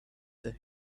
that